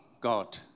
God